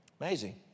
Amazing